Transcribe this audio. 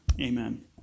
Amen